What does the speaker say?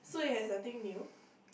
so it has nothing new